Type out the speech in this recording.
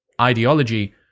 ideology